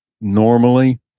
normally